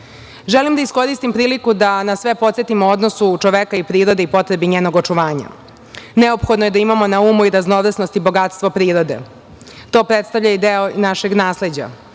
da iskoristim priliku da nas sve podsetim o odnosu čoveka i prirode i potrebi njenog očuvanja. Neophodno je da imamo na umu i raznovrsnost i bogatstvo prirode. To predstavlja i deo našeg nasleđe.